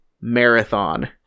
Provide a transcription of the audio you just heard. marathon